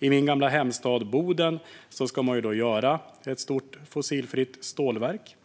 I min gamla hemstad Boden ska det byggas ett stort fossilfritt stålverk,